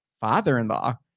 father-in-law